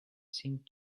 seemed